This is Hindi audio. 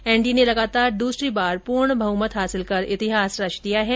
एनडीए ने लगातार द्सरी बार पूर्ण बहमत हासिल कर इतिहास रच दिया है